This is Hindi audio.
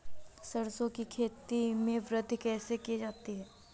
सरसो की खेती में वृद्धि कैसे की जाती है?